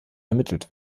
ermittelt